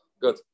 good